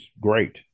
great